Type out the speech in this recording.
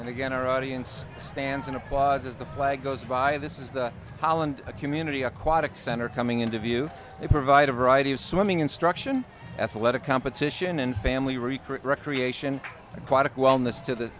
and again our audience stands in applause as the flag goes by this is the holland a community aquatic center coming into view they provide a variety of swimming instruction athletic competition and family recruit recreation aquatic wellness to the